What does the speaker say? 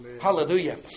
Hallelujah